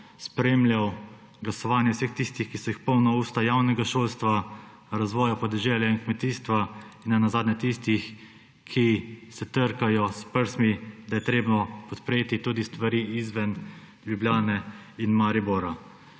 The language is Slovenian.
spremljal glasovanje vseh tistih, ki so jih polna usta javnega šolstva, razvoja podeželja in kmetijstva, in nenazadnje tistih, ki se trkajo s prstmi, da je treba podpreti tudi stvari izven Ljubljane in Maribora.